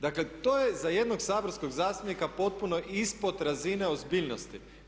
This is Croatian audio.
Dakle, to je za jednog saborskog zastupnika potpuno ispod razine ozbiljnosti.